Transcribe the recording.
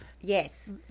yes